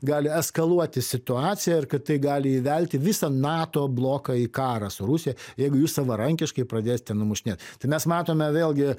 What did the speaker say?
gali eskaluoti situaciją ir kad tai gali įvelti visą nato bloką į karą su rusija jeigu jūs savarankiškai pradėsite numušinėt tai mes matome vėlgi